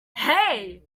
hey